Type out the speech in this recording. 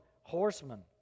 horsemen